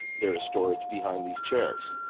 there is storage behind these chairs.